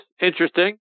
Interesting